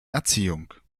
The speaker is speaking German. erziehung